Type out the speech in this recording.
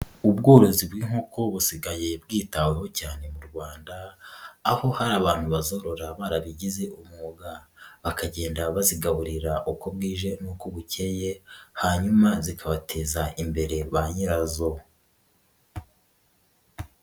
Ubworozi bw'inkoko busigaye bwitaweho cyane mu Rwanda, aho hari abantu bazorora barabigize umwuga, bakagenda bazigaburira uko bwije n'uko bucye, hanyuma zikabateza imbere ba nyirazo.